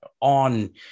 on